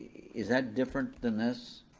is that different than this?